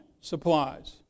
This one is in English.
supplies